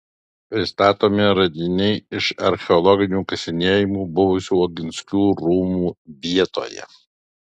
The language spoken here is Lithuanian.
pristatomi radiniai iš archeologinių kasinėjimų buvusių oginskių rūmų vietoje